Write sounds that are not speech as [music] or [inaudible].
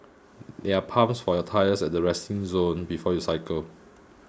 [noise] there are pumps for your tyres at the resting zone before you cycle